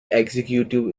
executive